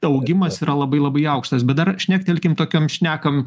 augimas yra labai labai aukštas bet dar šnektelkim tokiam šnekam